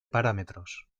parámetros